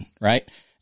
right